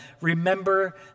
remember